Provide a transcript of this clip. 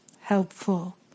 helpful